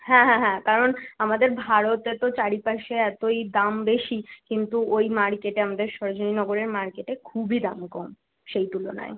হ্যাঁ হ্যাঁ হ্যাঁ কারণ আমাদের ভারতে তো চারিপাশে এতোই দাম বেশি কিন্তু ওই মার্কেটে আমাদের সরোজিনী নগরের মার্কেটে খুবই দাম কম সেই তুলনায়